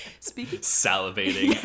Salivating